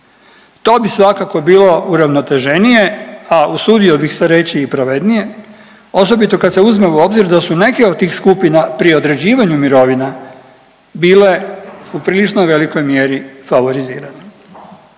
To bi svakako bilo uravnoteženije, a usudio bih se reći i pravednije osobito kad se uzme u obzir da su neke od tih skupina pri određivanju mirovina bile u prilično velikoj mjeri favorizirane.